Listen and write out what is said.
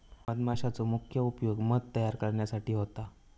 मधमाशांचो मुख्य उपयोग मध तयार करण्यासाठी होता